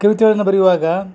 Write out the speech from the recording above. ಕವಿತೆಯನ್ನ ಬರಿಯುವಾಗ